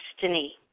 destiny